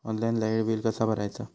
Online light bill कसा भरायचा?